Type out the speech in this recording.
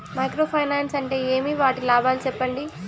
Micro finance అంటే ఏమి? వాటి లాభాలు సెప్పండి?